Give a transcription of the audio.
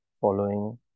following